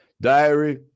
Diary